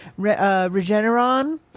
Regeneron